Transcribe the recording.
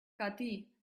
catí